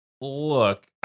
look